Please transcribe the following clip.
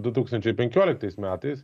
du tūkstančiai penkioliktais metais